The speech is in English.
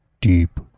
deep